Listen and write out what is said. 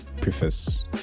preface